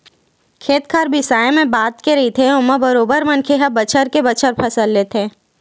खेत खार बिसाए मए बात के रहिथे ओमा बरोबर मनखे ह बछर के बछर फसल लेथे